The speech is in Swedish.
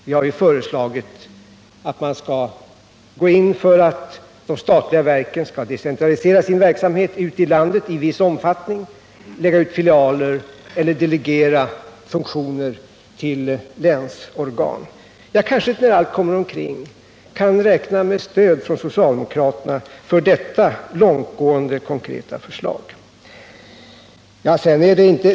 Vi har föreslagit att man skall gå in för att de statliga verken i viss omfattning skall decentralisera sin verksamhet ut i landet, t.ex. lägga ut filialer eller delegera funktioner till länsorgan. Jag kanske när allt kommer omkring kan räkna med stöd från socialdemokraterna för detta långtgående konkreta förslag.